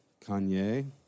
Kanye